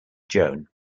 joan